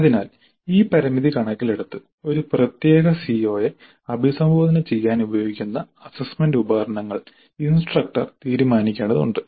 അതിനാൽ ഈ പരിമിതി കണക്കിലെടുത്ത് ഒരു പ്രത്യേക സിഒയെ അഭിസംബോധന ചെയ്യാൻ ഉപയോഗിക്കുന്ന അസ്സസ്സ്മെന്റ് ഉപകരണങ്ങൾ ഇൻസ്ട്രക്ടർ തീരുമാനിക്കേണ്ടതുണ്ട്